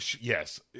yes